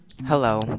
hello